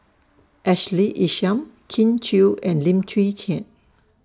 Ashley Isham Kin Chui and Lim Chwee Chian